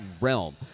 realm